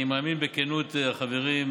אני מאמין בכנות החברים,